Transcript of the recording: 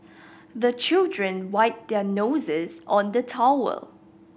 the children wipe their noses on the towel